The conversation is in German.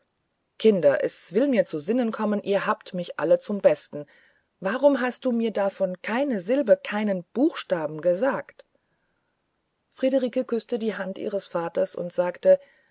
kinder es will mir zu sinnen kommen ihr habt mich alle zum besten warum hast du mir davon keine silbe keinen buchstaben gesagt friederike küßte die hand ihres vaters und sagte